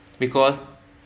because